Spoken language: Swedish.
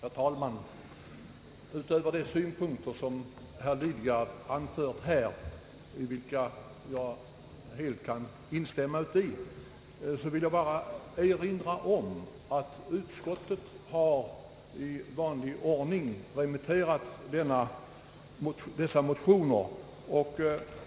Herr talman! Utöver de synpunkter som herr Lidgard framfört här, i vilka jag helt kan instämma, vill jag bara erinra om att utskottet i vanlig ordning remitterat dessa motioner.